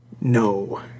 No